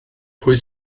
pwy